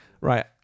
Right